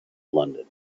london